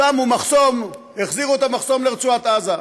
שמו מחסום, החזירו את המחסום לרצועת עזה.